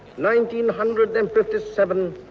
nineteen hundred and fifty seven,